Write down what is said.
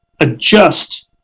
adjust